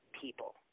people